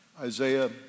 Isaiah